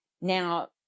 Now